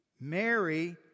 Mary